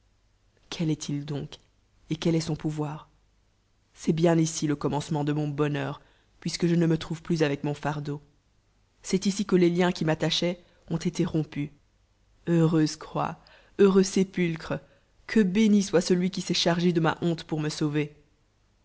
quel ijsl ii donc et quel est son pouvoir c'est bien ici le comalence ent de mon bonheur puisque je ne me trouve plus avec mon fardeau c'est ici que les liens qui m'atlachoient ont été rompus beureme croix bo ureui sépulcbtc q e uni soit celui qui s'est chargé de ma bonte poru me sauver